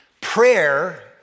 prayer